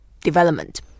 Development